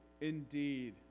Indeed